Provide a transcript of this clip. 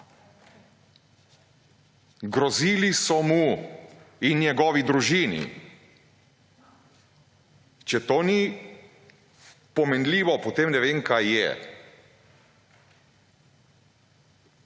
Grozili so mu in njegovi družini, če to ni pomenljivo, potem ne vem kaj je